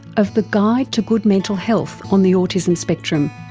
of the guide to good mental health on the autism spectrum.